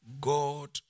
God